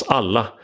alla